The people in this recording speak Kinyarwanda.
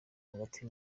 hagati